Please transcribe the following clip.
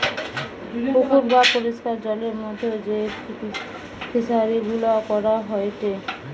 পুকুর বা পরিষ্কার জলের মধ্যে যেই ফিশারি গুলা করা হয়টে